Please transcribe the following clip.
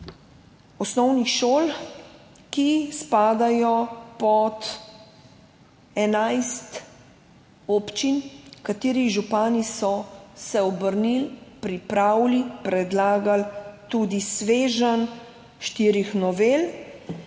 osnovnih šol, ki spadajo pod 11 občin, katerih župani so se obrnili, so pripravili, predlagali tudi sveženj štirih novel,